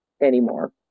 anymore